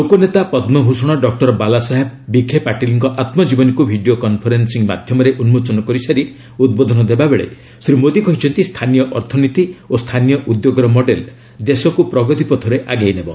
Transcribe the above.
ଲୋକନେତା Padma Bhushan doctor Balasaheb Vikhe ପାଟିଲଙ୍କ ଆତ୍ଗକୀବନୀକୁ video conferencing ମାଧ୍ୟମରେ ଉନ୍ମୋଚନ କରିସାରି ଉଦ୍ବୋଧନ ଦେବାବେଳେ ଶ୍ରୀ ମୋଦି କହିଛନ୍ତି ସ୍ଥାନୀୟ ଅର୍ଥନୀତି ଓ ସ୍ଥାନୀୟ ଉଦ୍ୟୋଗର ମଡେଲ ଦେଶକୁ ପ୍ରଗତି ପଥରେ ଆଗେଇନେବ